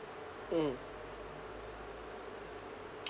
mm